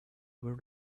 were